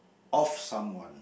of someone